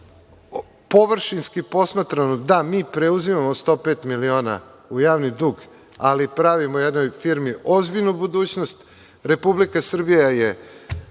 Površinski posmatrano, da mi preuzimamo 105 miliona u javni dug, ali pravimo jednoj firmi ozbiljnu budućnost, Republika Srbija će